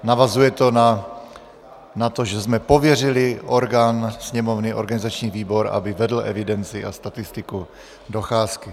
Navazuje to na to, že jsme pověřili orgán Sněmovny, organizační výbor, aby vedl evidenci a statistiku docházky.